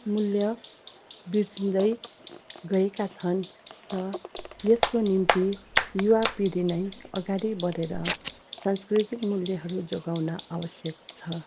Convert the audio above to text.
मूल्य बिर्सिँदै गएका छन् र यसको निम्ति युवा पिँढी नै अगाडि बढेर सांस्कृतिक मूल्यहरू जोगाउन आवश्यक छ